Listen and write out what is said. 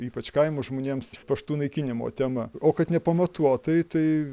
ypač kaimo žmonėms paštų naikinimo tema o kad nepamatuotai tai